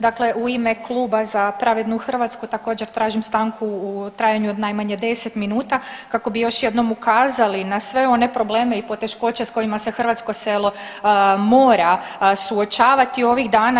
Dakle, u ime kluba Za pravednu Hrvatsku također tražim stanku u trajanju od najmanje deset minuta kako bi još jednom ukazali na sve one probleme i poteškoće s kojima se hrvatsko selo mora suočavati ovih dana.